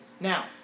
Now